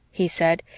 he said,